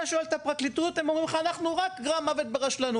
אתה שואל את הפרקליטות הם אומרים לך: אנחנו רק גרם מוות ברשלנות.